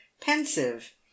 pensive